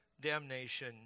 damnation